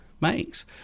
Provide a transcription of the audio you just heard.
makes